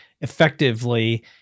effectively